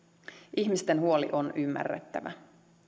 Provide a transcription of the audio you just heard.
ihmisten huoli on ymmärrettävä